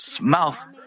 mouth